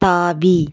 தாவி